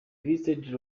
visited